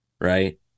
right